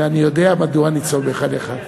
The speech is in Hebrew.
ואני יודע מדוע אני סומך עליך.